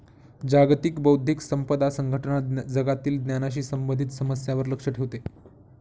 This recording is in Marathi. जागतिक बौद्धिक संपदा संघटना जगातील ज्ञानाशी संबंधित समस्यांवर लक्ष ठेवते